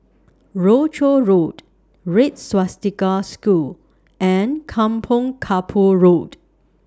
Rochor Road Red Swastika School and Kampong Kapor Road